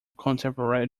contemporary